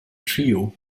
trio